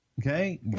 Okay